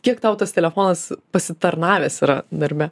kiek tau tas telefonas pasitarnavęs yra darbe